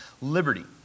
liberty